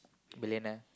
billionaire